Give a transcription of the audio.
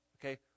Okay